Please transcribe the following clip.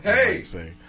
Hey